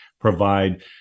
provide